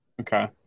Okay